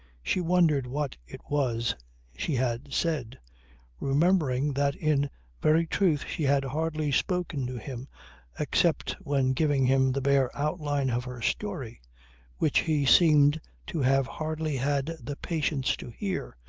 she wondered what it was she had said remembering that in very truth she had hardly spoken to him except when giving him the bare outline of her story which he seemed to have hardly had the patience to hear,